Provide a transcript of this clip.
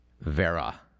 Vera